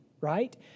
right